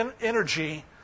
energy